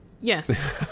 Yes